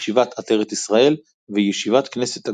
ישיבת עטרת ישראל וישיבת כנסת הגדולה.